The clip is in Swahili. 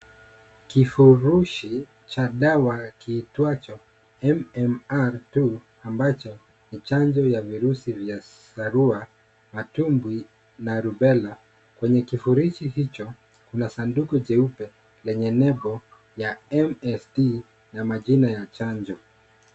Kifurushi cha dawa kiitwacho MMR II ambacho ni chanjo ya virusi vya sarua matumbwi na rubela kwenye kifurichi hicho kuna sanduku jeupe lenye lebo ya MSD na majina ya chanjo.